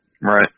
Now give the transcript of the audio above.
Right